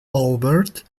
albert